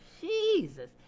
Jesus